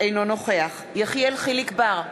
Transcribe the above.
אינו נוכח יחיאל חיליק בר,